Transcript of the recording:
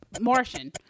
Martian